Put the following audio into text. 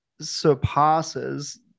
surpasses